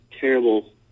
terrible